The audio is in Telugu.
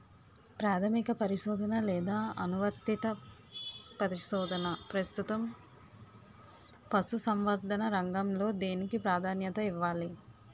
ప్రాథమిక పరిశోధన లేదా అనువర్తిత పరిశోధన? ప్రస్తుతం పశుసంవర్ధక రంగంలో దేనికి ప్రాధాన్యత ఇవ్వాలి?